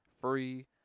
free